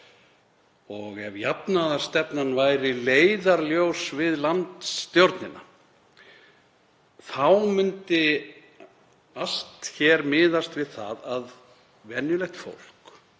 og ef jafnaðarstefnan væri leiðarljós við landsstjórnina, þá myndi allt hér miðast við það að venjulegt fólk,